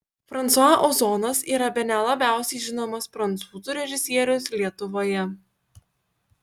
fransua ozonas yra bene labiausiai žinomas prancūzų režisierius lietuvoje